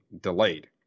delayed